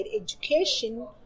Education